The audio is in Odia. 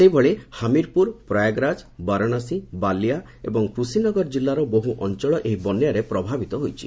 ସେହିଭଳି ହାମିରପୁର ପ୍ରୟାଗରାଜ ବାରଶାସୀ ବାଲିଆ ଏବଂ କୃଷିନଗର ଜିଲ୍ଲାର ବହୁ ଅଞ୍ଚଳ ଏହି ବନ୍ୟାରେ ପ୍ରଭାବିତ ହୋଇଛି